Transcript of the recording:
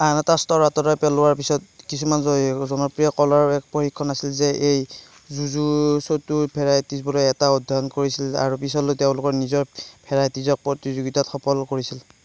আন এটা স্তৰ আঁতৰাই পেলোৱাৰ পিছত কিছুমান জ জনপ্ৰিয় কলাৰ প্ৰশিক্ষণ আছিল যে এই ভেৰাইটিবোৰৰ এটা অধ্যয়ন কৰিছিল আৰু পিছলৈ তেওঁলোকৰ নিজৰ ভেৰাইটিছক প্ৰতিযোগিতাত সফল কৰিছিল